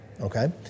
okay